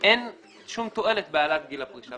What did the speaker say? אין שום תועלת בהעלאת גיל הפרישה.